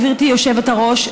גברתי היושבת-ראש,